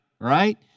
Right